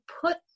put